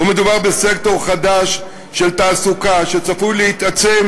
ומדובר בסקטור חדש של תעסוקה שצפוי להתעצם